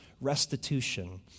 restitution